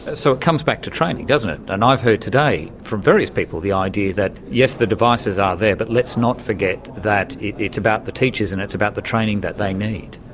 ah so it comes back to training, doesn't it, and i've heard today from various people the idea that, yes, the devices are there, but let's not forget that it's about the teachers and it's about the training that they need.